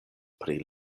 pri